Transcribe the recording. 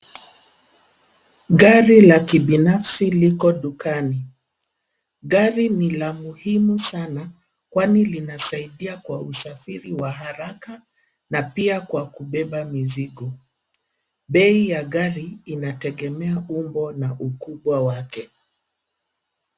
Gari la kibinafsi liko dukani. Gari ni la muhimu sana, kwani linasaidia kwa usafiri wa haraka na pia kwa kubeba mizigo. Bei ya gari inategemea umbo na ukubwa wake.